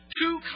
two